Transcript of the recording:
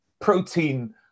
protein